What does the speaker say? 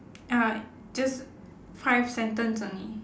ah just five sentence only